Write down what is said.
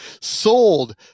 sold